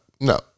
No